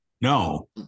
No